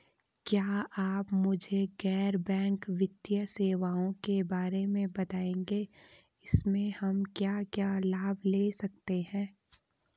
क्या आप मुझे गैर बैंक वित्तीय सेवाओं के बारे में बताएँगे इसमें हम क्या क्या लाभ ले सकते हैं?